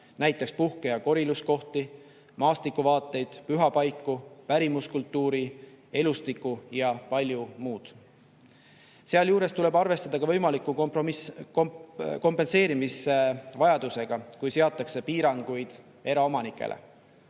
näiteks puhke- ja koriluskohti, maastikuvaateid, pühapaiku, pärimuskultuuri, elustikku ja palju muud. Sealjuures tuleb arvestada ka võimaliku kompenseerimisvajadusega, kui seatakse piiranguid eraomanikele.